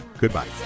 Goodbye